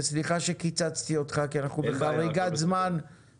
וסליחה שקיצצתי אותך כי אנחנו בחריגת זמן,